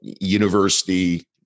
university